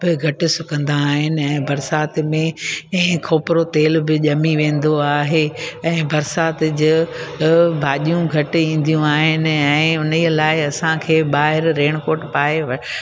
बि घटि सुकंदा आहिनि ऐं बरसाति में इहे खोपरो तेल बि ॼमी वेंदो आहे ऐं बरसाति ज त भाॼियूं घटि ईंदियूं आहिनि ऐं उनीअ लाइ असांखे ॿाहिरि रेणकोट पाए